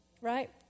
Right